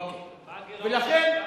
אוקיי, ולכן,